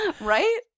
Right